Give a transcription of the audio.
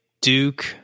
Duke